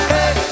Hey